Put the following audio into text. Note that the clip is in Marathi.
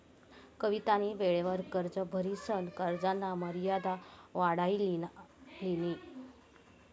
कवितानी वेळवर कर्ज भरिसन कर्जना मर्यादा वाढाई लिनी